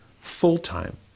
full-time